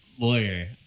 Lawyer